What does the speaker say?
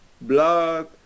blood